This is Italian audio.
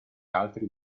altri